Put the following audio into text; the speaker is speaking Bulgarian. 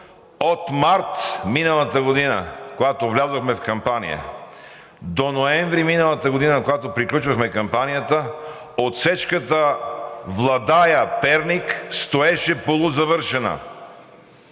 от март миналата година, когато влязохме в кампания, до ноември миналата година, когато приключвахме кампанията, отсечката Владая – Перник стоеше полузавършена,